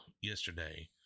yesterday